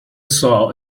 saw